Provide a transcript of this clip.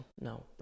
No